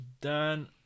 done